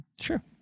Sure